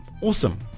Awesome